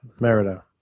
Merida